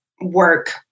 work